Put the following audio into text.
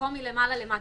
במקום מלמעלה למטה,